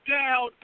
down